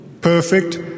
perfect